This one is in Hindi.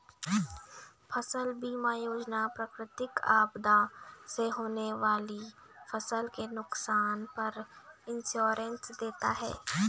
फसल बीमा योजना प्राकृतिक आपदा से होने वाली फसल के नुकसान पर इंश्योरेंस देता है